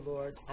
Lord